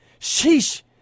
Sheesh